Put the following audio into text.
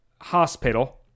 hospital